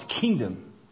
kingdom